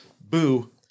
Boo